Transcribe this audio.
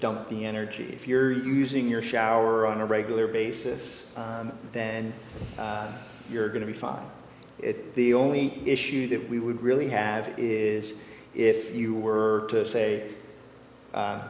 dump the energy if you're using your shower on a regular basis then you're going to be fine if the only issue that we would really have is if you were to say